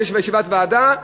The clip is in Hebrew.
כשיש ישיבת ועדה,